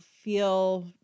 feel